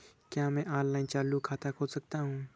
क्या मैं ऑनलाइन चालू खाता खोल सकता हूँ?